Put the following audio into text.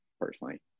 personally